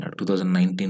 2019